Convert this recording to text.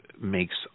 makes